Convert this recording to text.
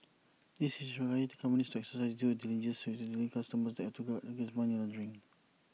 this is to require companies to exercise due diligence when dealing with customers and to guard against money laundering